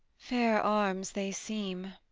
fair arms they seem